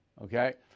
Okay